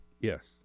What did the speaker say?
Yes